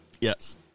Yes